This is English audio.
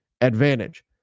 advantage